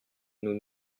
nous